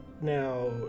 now